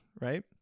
right